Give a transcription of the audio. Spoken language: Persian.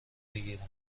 بگیرم